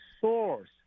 source